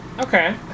Okay